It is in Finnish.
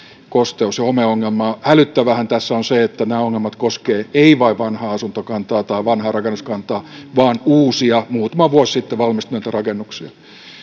kosteus ja homeongelmaa hälyttäväähän tässä on se että nämä ongelmat koskevat ei vain vanhaa asuntokantaa tai vanhaa rakennuskantaa vaan uusia muutama vuosi sitten valmistuneita rakennuksia